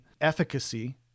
efficacy